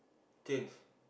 change